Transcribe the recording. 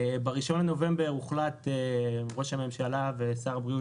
ב-1 בנובמבר הוחלט על ידי ראש הממשלה ושר הבריאות,